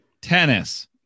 Tennis